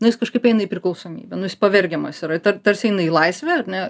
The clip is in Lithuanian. na jis kažkaip eina į priklausomybę nu jis pavergiamas yra tar tarsi eina į laisvę ar ne